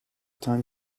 time